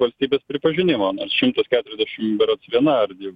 valstybės pripažinimo nors šimtas keturiasdešim berods viena ar jau